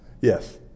yes